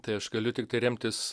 tai aš galiu tiktai remtis